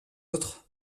autres